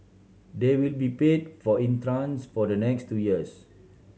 they will be paid for in tranches for the next two years